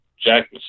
Jack